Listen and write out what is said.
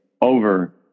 over